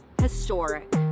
historic